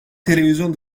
televizyon